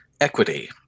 equity